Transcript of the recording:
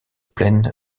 plaine